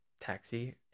taxi